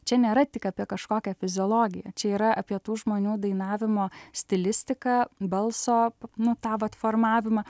čia nėra tik apie kažkokią fiziologiją čia yra apie tų žmonių dainavimo stilistiką balso nu tą vat formavimą